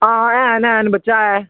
हां हैन हैन बच्चा ऐ